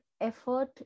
effort